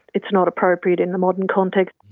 it's not appropriate in the modern context.